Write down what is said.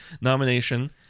nomination